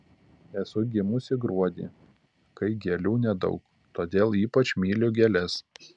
esu gimusi gruodį kai gėlių nedaug todėl ypač myliu gėles